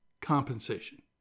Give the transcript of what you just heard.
compensation